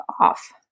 off